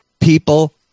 people